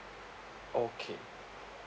okay